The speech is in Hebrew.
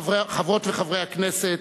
חברות וחברי הכנסת,